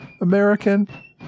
American